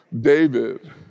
David